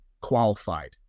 qualified